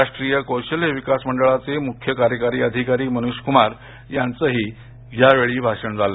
राष्ट्रीय कौशल्य विकास मंडळाचे मुख्य कार्यकारी अधिकारी मनीषकुमार यांचंही यावेळी भाषण झालं